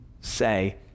say